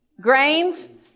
Grains